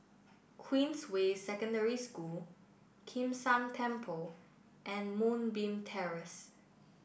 Queens way Secondary School Kim San Temple and Moonbeam Terrace